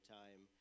time